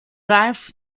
riff